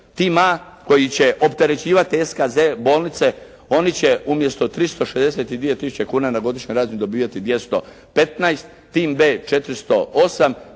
Tim A koji će opterećivati SKZ, bolnice, oni će umjesto 362000 kuna na godišnjoj razini dobivati 215. Tim B 408,